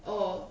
oh